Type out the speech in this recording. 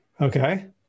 Okay